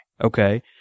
okay